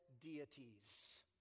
deities